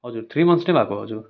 हजुर three months नै भएको हो हजुर